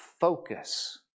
focus